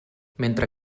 mentre